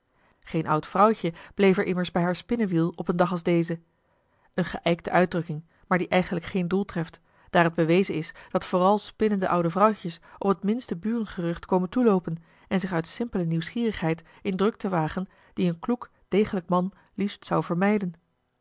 geen oud vrouwtje bleef er immers bij haar spinnewiel op een dag als deze eene geijkte uitdrukking maar die eigenlijk geen doel treft daar het bewezen is dat vooral spinnende oude vrouwtjes op het minste burengerucht komen toeloopen en zich uit simpele nieuwsgierigheid in drukten wagen die een kloek degelijk man liefst zou vermijden